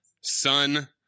son